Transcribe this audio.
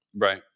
Right